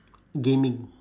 gaming